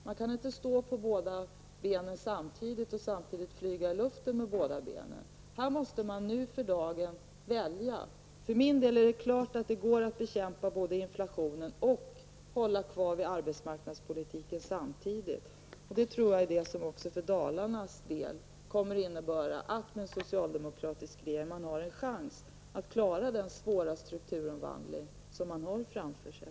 Man kan inte stå med båda fötterna på jorden och samtidigt flyga i luften. Här måste vi nu välja. För min del står det klart att det går både att bekämpa inflationen och hålla fast vid arbetsmarknadspolitiken. För Dalarna kommer detta att innebära att man med en socialdemokratisk regering kommer att klara den svåra strukturomvandling som man har framför sig.